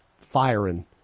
firing